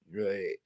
right